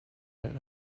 that